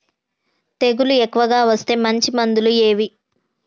తెగులు ఎక్కువగా వస్తే మంచి మందులు ఏవి?